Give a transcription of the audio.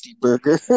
burger